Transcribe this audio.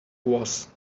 was